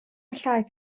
llaeth